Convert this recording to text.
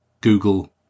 Google